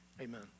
amen